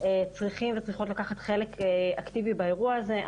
צריכים וצריכות לקחת חלק אקטיבי באירוע הזה.